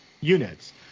units